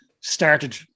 started